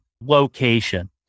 location